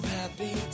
happy